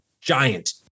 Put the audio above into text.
giant